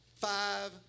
Five